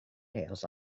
nails